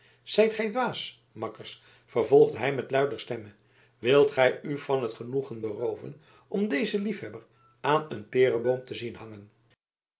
zijt gij dwaas makkers vervolgde hij met luider stemme wilt gij u van het genoegen berooven om dezen liefhebber aan een pereboom te zien hangen